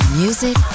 music